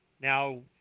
Now